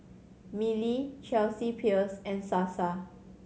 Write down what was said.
Mili Chelsea Peers and Sasa